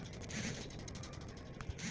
Google Pay भी ई बीमा के बारे में बतावत हवे